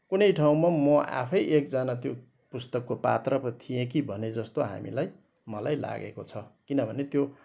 कुनै ठाउँमा म आफै एकजना त्यो पुस्तकको पात्र पो थिएँ कि भने जस्तो हामीलाई मलाई लागेको छ किनभने त्यो